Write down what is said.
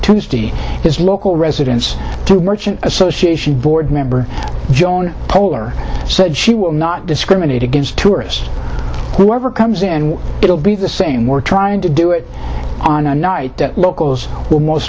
tuesday is local residents to merchant association board member joan polar said she will not discriminate against tourists whoever comes and it will be the same we're trying to do it on a night that locals will most